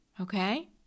Okay